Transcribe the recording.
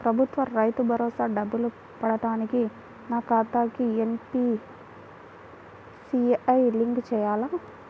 ప్రభుత్వ రైతు భరోసా డబ్బులు పడటానికి నా ఖాతాకి ఎన్.పీ.సి.ఐ లింక్ చేయాలా?